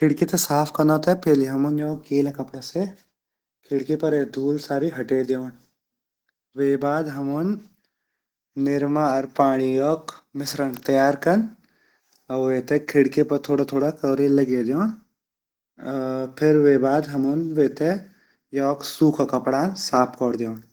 खिड़की ते साफ़ कनो ते सबसे पहली हमुन योक गीला कपडा से खिड़की परे साड़ी धुल हेट दयोंड़ वेगा बाद हमुन निरमा अर पांडी योक मिश्रन्ड त्यार कन अर वेते खिड़की पर थोड़ा थोड़ा कोरी लगे दयोंड अर फिर वेगा बाद हमुन वेते सूखा कपड़ां साफ़ कोर दयोंड।